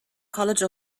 college